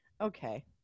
okay